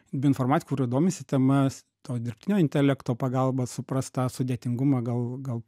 bioinformatikų kurie domisi temas to dirbtinio intelekto pagalba supras tą sudėtingumą gal gal